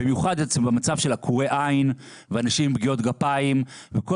במיוחד במצב של עקורי עין ואנשים עם פגיעות גפיים וכל